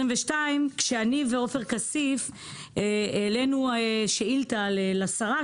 כשאני ועופר כסיף העלינו שאילתה לשרה,